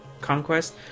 conquest